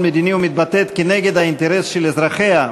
מדיני ומתבטאת כנגד האינטרס של אזרחיה,